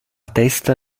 testa